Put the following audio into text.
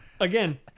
again